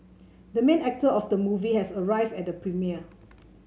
the main actor of the movie has arrived at the premiere